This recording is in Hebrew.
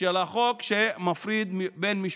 של החוק שמפריד בין משפחות,